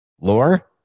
lore